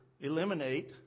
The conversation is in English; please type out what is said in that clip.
eliminate